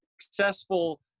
successful